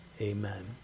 Amen